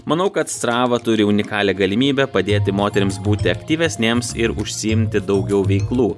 manau kad srava turi unikalią galimybę padėti moterims būti aktyvesnėms ir užsiimti daugiau veiklų